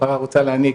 הפרה רוצה להניק",